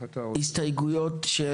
אם